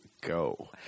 go